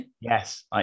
Yes